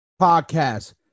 podcast